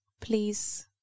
please